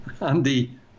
andy